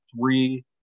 three